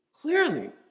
clearly